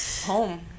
Home